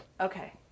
Okay